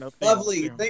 lovely